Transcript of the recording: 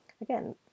again